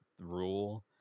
rule